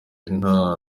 nta